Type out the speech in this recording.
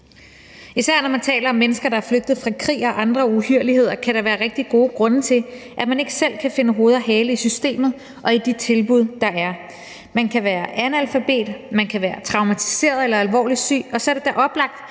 Især når vi taler om mennesker, der er flygtet fra krig og andre uhyrligheder, kan der være rigtig gode grunde til, at man ikke selv kan finde hoved og hale i systemet og i de tilbud, der er. Man kan være analfabet, man kan være traumatiseret eller alvorligt syg, og så er det da oplagt,